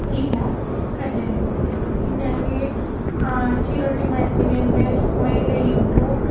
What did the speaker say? ಈ ಥರ ಕಜ್ಜಾಯ ಮಾಡ್ತೀನಿ ಇನ್ನು ಹಂಗೆ ಚಿರೋಟಿ ಮಾಡ್ತೀನಿ ಅಂದರೆ ಮೈದಾ ಹಿಟ್ಟು